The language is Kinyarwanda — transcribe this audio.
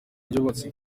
ryubatswe